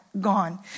gone